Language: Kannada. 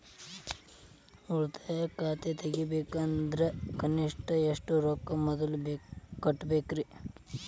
ಉಳಿತಾಯ ಖಾತೆ ತೆಗಿಬೇಕಂದ್ರ ಕನಿಷ್ಟ ಎಷ್ಟು ರೊಕ್ಕ ಮೊದಲ ಕಟ್ಟಬೇಕ್ರಿ?